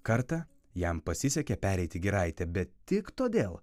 kartą jam pasisekė pereiti giraitę bet tik todėl